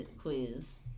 quiz